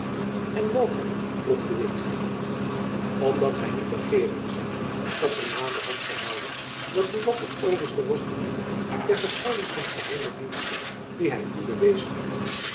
en welke vroeg de witt om dat gy niet begeeren zoudt dat men naderhand verhaalde dat buat tot overste was benoemd ter vergelding van geheime diensten die hy u bewezen had